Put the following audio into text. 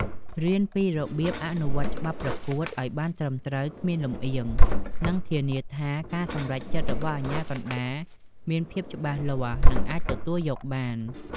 រៀនពីរបៀបអនុវត្តច្បាប់ប្រកួតឲ្យបានត្រឹមត្រូវ គ្មានលំអៀង និងធានាថាការសម្រេចចិត្តរបស់អាជ្ញាកណ្តាលមានភាពច្បាស់លាស់ និងអាចទទួលយកបាន។